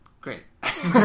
Great